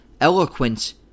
eloquent